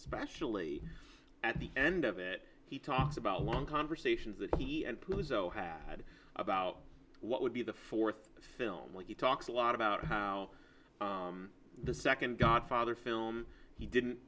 especially at the end of it he talks about long conversations that he and pluto had about what would be the fourth film when he talks a lot about how the second godfather film he didn't